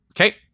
Okay